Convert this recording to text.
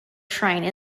shrine